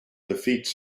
defeats